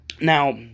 now